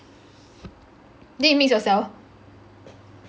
then you mix yourself